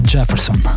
Jefferson